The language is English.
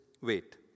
wait